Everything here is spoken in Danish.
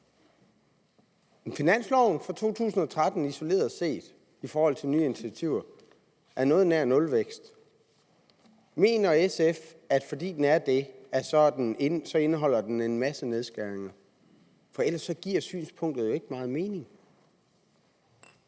Finansloven for 2013 isoleret set i forhold til nye initiativer giver noget nær nulvækst. Mener SF, at fordi den giver det, så indeholder den en masse nedskæringer? For ellers giver synspunktet jo ikke meget mening.